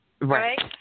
Right